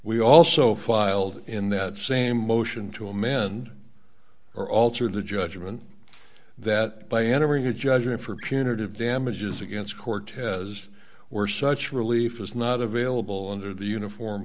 we also filed in that same motion to amend or alter the judgment that by entering a judgment for punitive damages against cortez where such relief was not available under the uniform